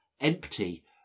empty